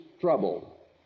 trouble